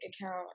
account